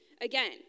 again